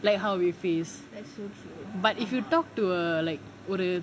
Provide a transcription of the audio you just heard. like how we face but if you talk to a like ஒரு:oru